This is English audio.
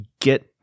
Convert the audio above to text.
get